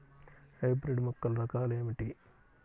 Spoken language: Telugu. హైబ్రిడ్ మొక్కల రకాలు ఏమిటి?